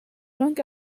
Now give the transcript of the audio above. long